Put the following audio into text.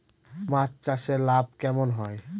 মাছ চাষে লাভ কেমন হয়?